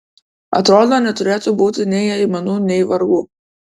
atrodo neturėtų būti nei aimanų nei vargų